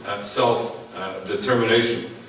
self-determination